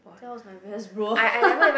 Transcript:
that was my best bro